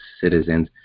citizens